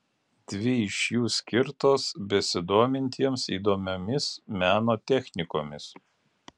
dvi iš jų skirtos besidomintiems įdomiomis meno technikomis